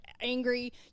angry